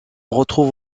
retrouve